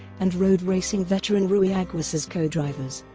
and road racing veteran rui ah aguas as codrivers.